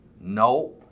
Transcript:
no